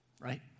Right